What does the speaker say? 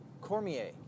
Cormier